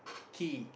key